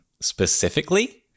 specifically